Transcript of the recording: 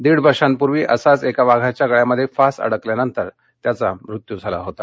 दीड वर्षापूर्वी असाच एका वाघाच्या गळ्यामध्यक्तिस अडकल्यानंतर त्याचा मृत्यू झाला होता